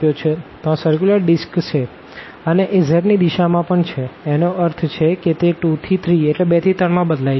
તો એ circular disc છે અને એ z ની દિશા માં પણ છે એનો અર્થ છે કે તે 2 થી 3માં બદલાય છે